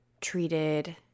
treated